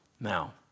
Now